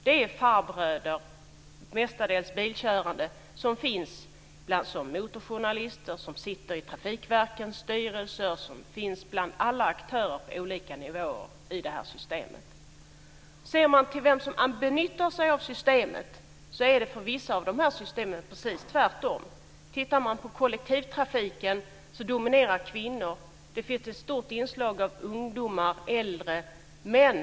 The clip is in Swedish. Det är farbröder, mestadels bilkörande, som är motorjournalister, som sitter i trafikverkens styrelser och som finns bland alla aktörer på olika nivåer i det här systemet. Om man tittar på vilka som använder sig av systemet finner man att det i vissa fall är precis tvärtom. Man kan titta på kollektivtrafiken. Där dominerar kvinnor, och det finns ett stort inslag av ungdomar och äldre män.